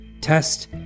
Test